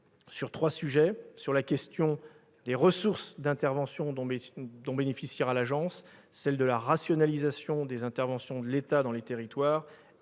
sur trois sujets : celui des ressources d'intervention dont bénéficiera l'agence, celui de la rationalisation des interventions de l'État dans les territoires